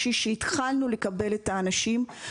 אנחנו המדינה היחידה היום במעבר גבולות ששמה כזה רשת אנשי מקצוע וגופים.